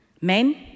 Men